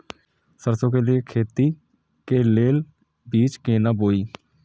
सरसों के लिए खेती के लेल बीज केना बोई?